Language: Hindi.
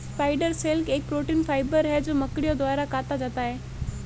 स्पाइडर सिल्क एक प्रोटीन फाइबर है जो मकड़ियों द्वारा काता जाता है